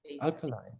alkaline